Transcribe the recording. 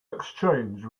exchange